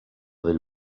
del